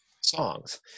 songs